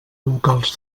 locals